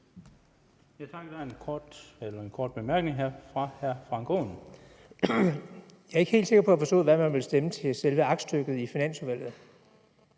Jeg er ikke helt sikker på, at jeg forstod, hvad man vil stemme til selve aktstykket i Finansudvalget.